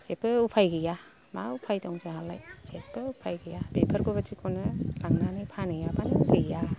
जेबो उफाय गैया मा उफाय दं जोंहालाय जेबो उफाय गैया बेफोरबादिखौनो लांनानै फानैयाबानो गैया